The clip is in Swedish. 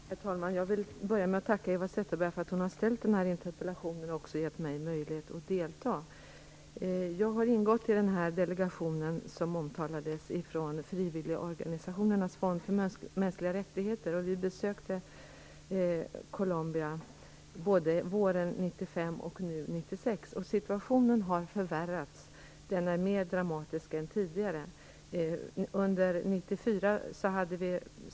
Herr talman! Jag vill börja med att tacka Eva Zetterberg för att hon ställt den här interpellationen och därmed gett mig möjlighet att delta i debatten. Jag har ingått i den omnämnda delegationen från Frivilligorganisationernas fond för mänskliga rättigheter. Vi har besökt Colombia både våren 1995 och nu under 1996.